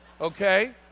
okay